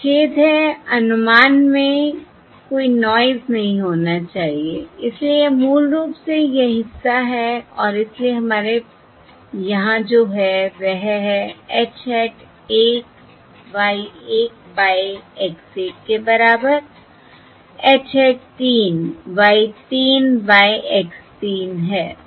मुझे खेद है अनुमान में कोई नॉयस नहीं होना चाहिए इसलिए यह मूल रूप से यह हिस्सा है और इसलिए हमारे यहां जो है वह है H hat 1 Y 1 by X1 के बराबर H hat 3 Y 3 by X 3 है